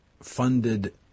Funded